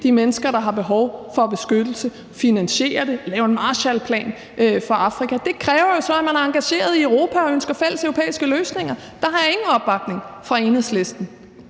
de mennesker, der har behov for beskyttelse, finansiere det, lave en Marshallplan for Afrika. Men det kræver jo så, at man er engageret i Europa og ønsker fælleseuropæiske løsninger, og der har jeg ingen opbakning fra Enhedslisten